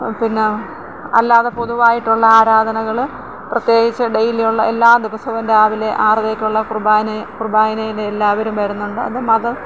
പിന്നെ അല്ലാതെ പൊതുവായിട്ടുള്ള ആരാധനകൾ പ്രത്യേകിച്ച് ഡെയിലി ഉള്ള എല്ലാ ദിവസവും രാവിലെ ആറരയ്ക്ക് ഉള്ള കുർബാനയിൽ എല്ലാവരും വരുന്നുണ്ട് അത് മത